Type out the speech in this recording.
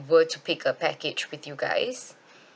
were to pick a package with you guys